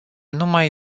numai